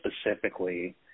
specifically